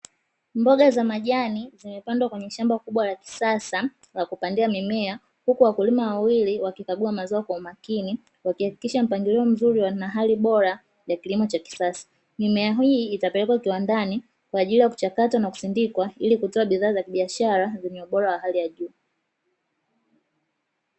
Mboga za majani zimepandwa kwenye shamba kubwa la kisasa, la kupandia mimea. Huku wakulima wawili wakikagua mazao kwa umakini, wakihakikisha mpangilio mzuri na hali bora ya kilimo cha kisasa. Mimea hii itapelekwa kiwandani kwa ajili ya kuchakatwa na kusindikwa, ili kutoa bidhaa za kibiashara zenye ubora wa hali ya juu.